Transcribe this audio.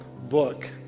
book